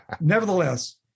Nevertheless